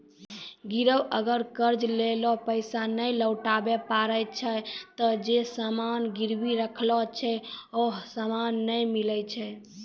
गिरब अगर कर्जा लेलो पैसा नै लौटाबै पारै छै ते जे सामान गिरबी राखलो छै हौ सामन नै मिलै छै